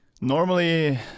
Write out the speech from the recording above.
normally